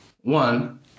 one